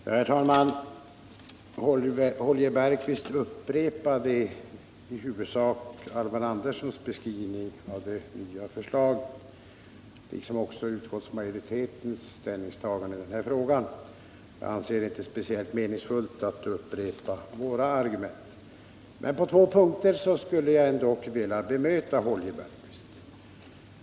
Herr talman! Holger Bergqvist upprepade i huvudsak Alvar Anderssons beskrivning av det nya förslaget liksom utskottsmajoritetens ställningstagande i denna fråga. Jag anser det inte speciellt meningsfullt att upprepa våra argument. Men på två punkter skulle jag vilja bemöta Holger Bergqvist.